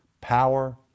Power